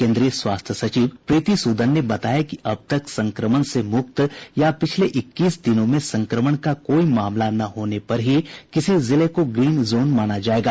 केन्द्रीय स्वास्थ्य सचिव प्रीति सूदन ने बताया कि अब तक संक्रमण से मुक्त या पिछले इक्कीस दिनों में संक्रमण का कोई मामला न होने पर ही किसी जिले को ग्रीन जोन माना जाएगा